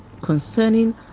concerning